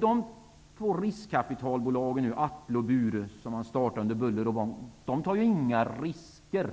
De två riskkapitalbolagen Atle och Bure, som man startade med buller och bång, tar ju inga risker.